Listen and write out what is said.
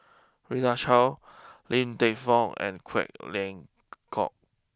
Rita Chao Ling and Quek Ling Kiong